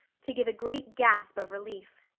to give a great gasp of relief.